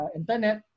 internet